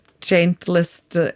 gentlest